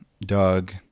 Doug